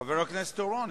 חבר הכנסת אורון,